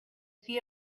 see